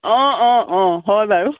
অঁ অঁ অঁ হয় বাৰু